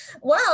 wow